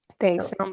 thanks